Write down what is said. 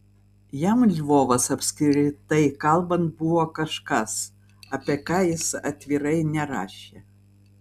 jam lvovas apskritai kalbant buvo kažkas apie ką jis atvirai nerašė